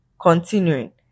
Continuing